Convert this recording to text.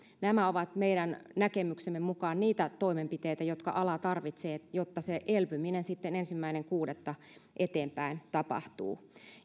nämä ovat meidän näkemyksemme mukaan niitä toimenpiteitä jotka ala tarvitsee jotta se elpyminen sitten ensimmäinen kuudetta lähtien tapahtuu